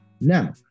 Now